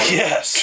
yes